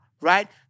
right